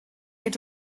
had